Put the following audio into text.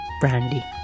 brandy